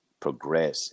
progress